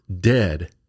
dead